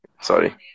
Sorry